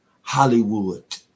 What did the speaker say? Hollywood